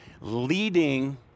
leading